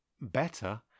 better